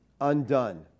undone